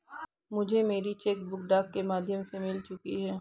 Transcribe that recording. मुझे मेरी cheque book डाक के माध्यम से मिल चुकी है